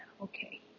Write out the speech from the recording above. Okay